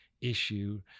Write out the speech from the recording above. issue